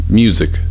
music